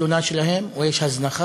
לתלונה שלהן או יש הזנחה,